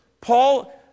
Paul